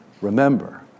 Remember